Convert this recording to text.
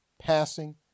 Passing